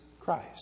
Christ